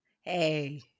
Hey